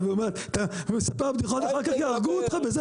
ואומרת 'אתה מספר בדיחות ואחר כך יהרגו אותך',